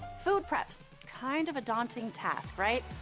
food prep kind of a daunting task right.